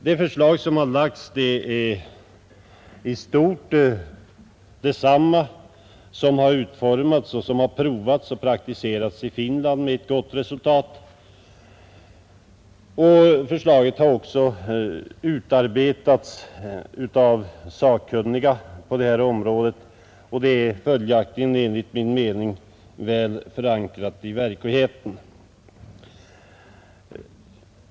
Det förslag som har framlagts är i stort sett detsamma som det man har utformat, provat och praktiserat i Finland med ett gott resultat. Det har också utarbetats av sakkunniga på området och är följaktligen enligt min mening väl förankrat i verkligheten.